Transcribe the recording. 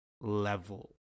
level